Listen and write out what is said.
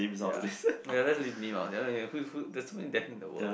ya daphne there's so many of them in the world